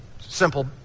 simple